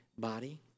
body